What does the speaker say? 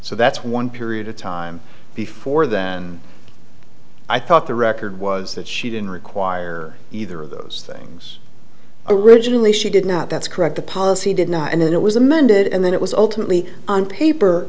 so that's one period of time before then i thought the record was that she didn't require either of those things originally she did not that's correct the policy did not and then it was amended and then it was ultimately on paper